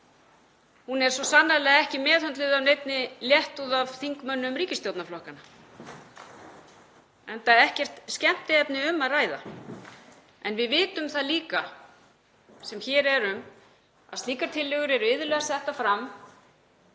Hún er svo sannarlega ekki meðhöndluð af neinni léttúð af þingmönnum ríkisstjórnarflokkanna enda ekkert skemmtiefni um að ræða. En við vitum það líka sem hér erum að slíkar tillögur eru iðulega settar fram